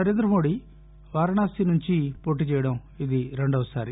నరేందమోదీ వారణాసి నుంచి పోటీ చేయడం ఇది రెండవసారి